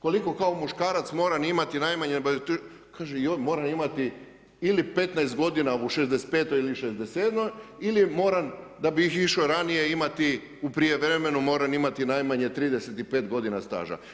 Koliko kao muškarac moram imati najmanje, kaže joj, moram imati ili 15 godina u 65. ili 67. ili moram da bih išao ranije imati u prijevremenu, moram imati najmanje 35 godina staža.